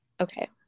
Okay